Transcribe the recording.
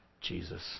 Jesus